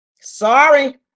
Sorry